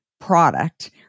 product